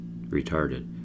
retarded